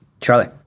Charlie